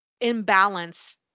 imbalance